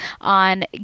on